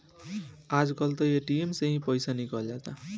आज कल त ए.टी.एम से ही पईसा निकल जाता